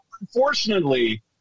unfortunately